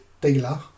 dealer